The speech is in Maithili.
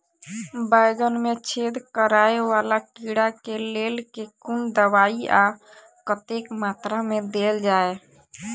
बैंगन मे छेद कराए वला कीड़ा केँ लेल केँ कुन दवाई आ कतेक मात्रा मे देल जाए?